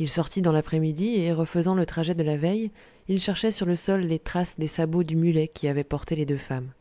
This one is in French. il sortit dans l'après-midi et refaisant le trajet de la veille il cherchait sur le sol les traces des sabots du mulet qui avait porté les deux femmes